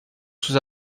sous